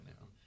now